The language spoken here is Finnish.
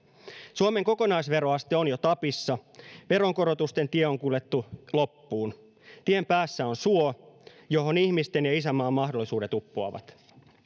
suomen kokonaisveroaste on jo tapissa veronkorotusten tie on kuljettu loppuun tien päässä on suo johon ihmisten ja isänmaan mahdollisuudet uppoavat